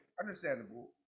Understandable